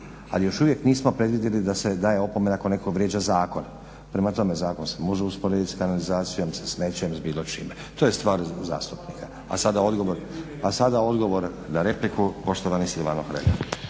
ali još uvijek nismo predvidjeli da se daje opomena ako netko vrijeđa zakon. Prema tome zakon se može usporedit s kanalizacijom, sa smećem, s bilo čime, to je stvar zastupnika. … /Upadica se ne razumije./ … A sada